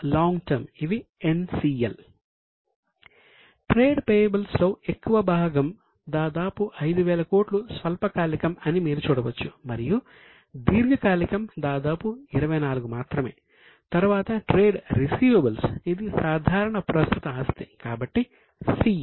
trade payables ఇది సాధారణ ప్రస్తుత ఆస్తి కాబట్టి CA